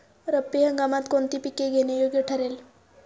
रब्बी हंगामात कोणती पिके घेणे योग्य ठरेल?